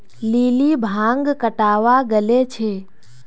lily भांग कटावा गले छे